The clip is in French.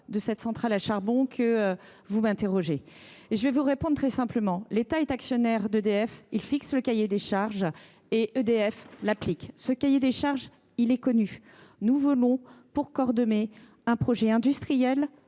de cette centrale que vous souhaitez m’interroger. Je vous répondrai très simplement. L’État est actionnaire d’EDF : il fixe le cahier des charges et EDF l’applique. Ce cahier des charges est connu : nous voulons pour Cordemais un projet industriel